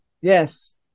Yes